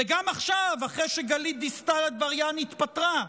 וגם עכשיו, אחרי שגלית דיסטל אטבריאן התפטרה,